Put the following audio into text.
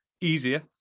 easier